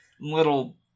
little